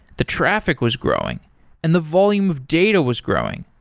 the traffic was growing and the volume of data was growing,